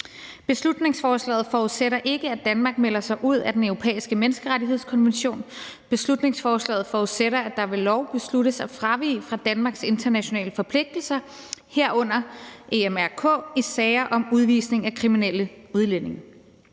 »Beslutningsforslaget forudsætter ikke, at Danmark melder sig ud af Den Europæiske Menneskerettighedskonvention (EMRK). Beslutningsforslaget forudsætter, at det ved lov besluttes at fravige Danmarks internationale forpligtelser, herunder EMRK, i sager om udvisning af kriminelle udlændinge.«